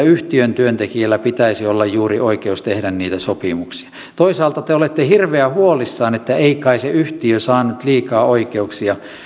yhtiön työntekijällä pitäisi olla oikeus tehdä niitä sopimuksia toisaalta te te olette hirveän huolissanne että ei kai se yhtiö saa nyt liikaa oikeuksia